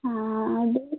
ಹಾಂ